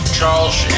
Charles